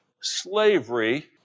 slavery